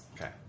Okay